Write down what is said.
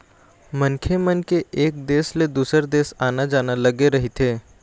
मनखे मन के एक देश ले दुसर देश आना जाना लगे रहिथे